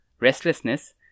restlessness